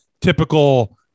typical